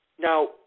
Now